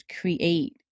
create